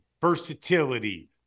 versatility